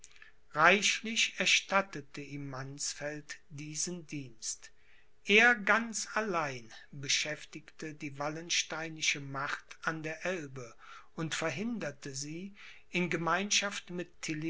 reichlich erstattete ihm mannsfeld diesen dienst er ganz allein beschäftigte die wallensteinische macht an der elbe und verhinderte sie in gemeinschaft mit